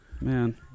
man